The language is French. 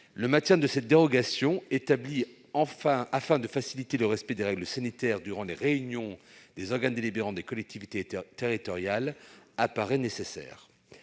le maintien de cette dérogation, établie afin de faciliter le respect des règles sanitaires durant les réunions des organes délibérants des collectivités territoriales, paraît nécessaire.